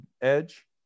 edge